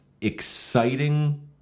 exciting